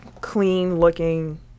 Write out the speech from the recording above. clean-looking